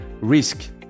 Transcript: Risk